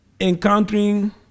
encountering